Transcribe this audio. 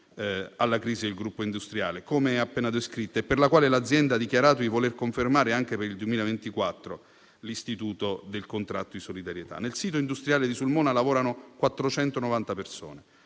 alla crisi del gruppo industriale, come appena descritta, per la quale l'azienda ha dichiarato di voler confermare, anche per il 2024, l'istituto del contratto di solidarietà. Nel sito industriale di Sulmona lavorano 490 persone: